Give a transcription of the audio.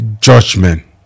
judgment